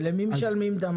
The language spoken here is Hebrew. ולמי משלמים?